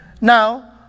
Now